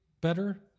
better